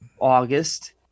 August